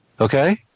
okay